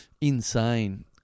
Insane